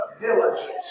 diligence